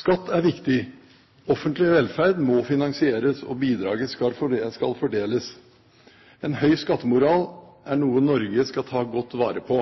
Skatt er viktig. Offentlig velferd må finansieres, og bidraget skal fordeles. En høy skattemoral er noe Norge skal ta godt vare på